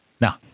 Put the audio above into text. Now